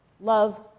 Love